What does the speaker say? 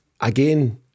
Again